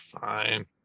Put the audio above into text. fine